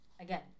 again